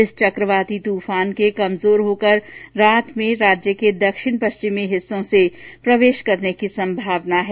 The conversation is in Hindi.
इस चक्रवाती तूफान के कमजोर होकर रात में राज्य के दक्षिण पश्चिमी हिस्सों से प्रवेश करने की संभावना है